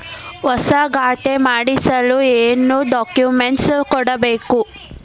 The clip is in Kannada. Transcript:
ಹೊಸ ಖಾತೆ ಮಾಡಿಸಲು ಏನು ಡಾಕುಮೆಂಟ್ಸ್ ಕೊಡಬೇಕು?